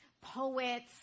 Poets